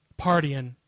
Partying